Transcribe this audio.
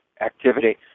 activity